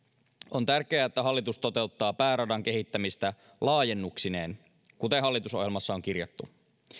on tärkeää että hallitus toteuttaa pääradan kehittämistä laajennuksineen kuten hallitusohjelmassa on kirjattu